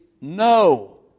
no